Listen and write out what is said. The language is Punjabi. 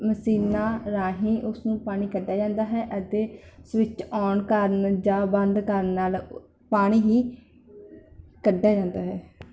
ਮਸ਼ੀਨਾਂ ਰਾਹੀਂ ਉਸਨੂੰ ਪਾਣੀ ਕੱਢਿਆ ਜਾਂਦਾ ਹੈ ਅਤੇ ਸਵਿਚ ਔਨ ਕਰਨ ਜਾਂ ਬੰਦ ਕਰਨ ਨਾਲ ਪਾਣੀ ਹੀ ਕੱਢਿਆ ਜਾਂਦਾ ਹੈ